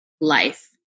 life